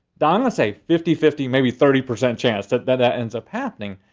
gonna say fifty fifty, maybe thirty percent chance that that that ends up happening.